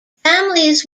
families